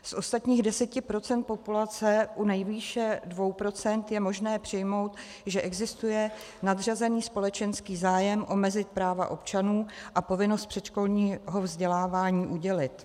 Z ostatních 10 procent populace u nejvýše 2 procent je možné přijmout, že existuje nadřazený společenský zájem omezit práva občanů a povinnost předškolního vzdělávání udělit.